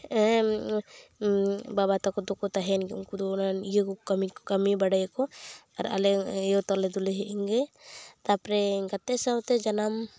ᱵᱟᱵᱟ ᱛᱟᱠᱚ ᱫᱚᱠᱚ ᱛᱟᱦᱮᱭᱮᱱ ᱜᱮ ᱩᱱᱠᱩ ᱫᱚ ᱚᱱᱟ ᱤᱭᱟᱹ ᱠᱚ ᱠᱟᱹᱢᱤ ᱠᱟᱹᱢᱤ ᱵᱟᱲᱟᱭᱟᱠᱚ ᱟᱨ ᱟᱞᱮ ᱭᱳ ᱛᱟᱞᱮ ᱫᱚᱞᱮ ᱦᱮᱡ ᱮᱱᱜᱮ ᱛᱟᱨᱯᱚᱨᱮ ᱜᱟᱛᱮ ᱥᱟᱶᱛᱮ ᱡᱟᱱᱟᱢ